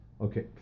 okay